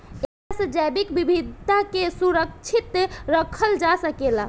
एकरा से जैविक विविधता के सुरक्षित रखल जा सकेला